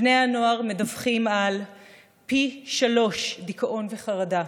בני הנוער מדווחים על פי שלושה דיכאון וחרדה,